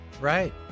Right